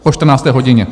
Po 14. hodině.